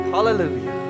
Hallelujah